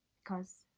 because,